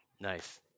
Nice